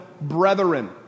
brethren